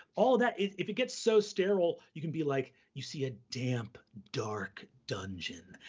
all of that, if if it gets so sterile, you can be like, you see a damp, dark dungeon,